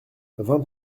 vingt